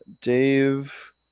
Dave